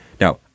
Now